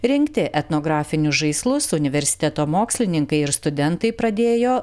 rinkti etnografinius žaislus universiteto mokslininkai ir studentai pradėjo